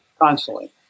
constantly